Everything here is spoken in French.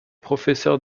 professeur